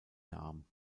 darm